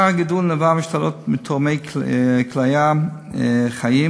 עיקר הגידול נבע מהשתלות מתורמי כליה חיים,